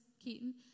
Keaton